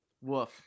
woof